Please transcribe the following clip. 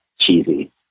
cheesy